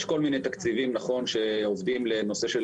יש כל מיני תקציבים, נכון שעובדים לנושא של